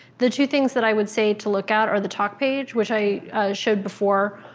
the two things that i would say to look out are the top page, which i showed before,